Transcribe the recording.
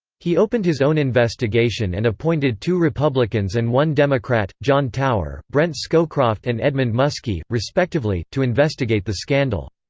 he opened his own investigation and appointed two republicans and one democrat, john tower, brent scowcroft and edmund muskie, respectively, to investigate the scandal.